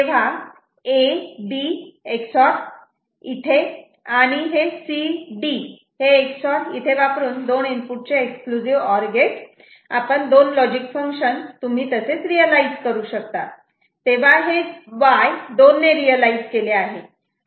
तेव्हा A B Ex OR इथे आणि C D Ex OR इथे वापरून दोन इनपुटचे एक्सक्लुझिव्ह ऑर गेट दोन लॉजिक फंक्शन तुम्ही तसेच रियलायझ करू शकता तेव्हा हे Y दोनने रियलायझ केले आहे